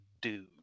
dude